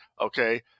okay